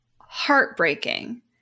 heartbreaking